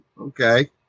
Okay